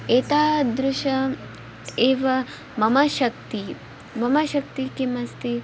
एतादृशम् एव मम शक्तिः मम शक्तिः किम् अस्ति